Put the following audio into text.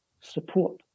support